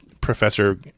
Professor